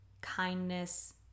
kindness